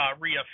Rhea